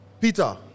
Peter